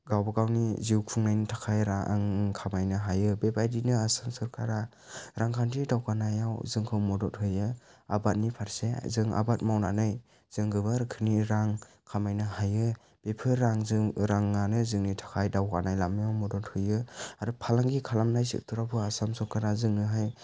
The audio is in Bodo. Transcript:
गावबागावनि जिउ खुंनायनि थाखाय रां खामायनो हायो बेबायदिनो आसाम सरखारा रांखान्थि दावगानायाव जोंखौ मदद होयो आबादनि फारसे जों आबाद मावनानै जों गोबां रोखोमनि रां खामायनो हायो बेफोर रांजों रांआनो जोंनि थाखाय दावगानाय लामायाव मदद होयो आरो फालांगि खालामनाय सेक्टरावबो आसाम सरखारा जोंनोहाय